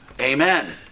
Amen